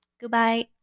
goodbye